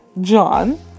John